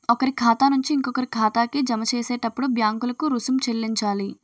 ఒకరి ఖాతా నుంచి ఇంకొకరి ఖాతాకి జమ చేసేటప్పుడు బ్యాంకులకు రుసుం చెల్లించాలి